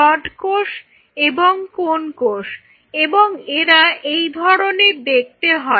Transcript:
rod কোষ এবং cone কোষ এবং এরা এই ধরনের দেখতে হয়